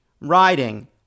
riding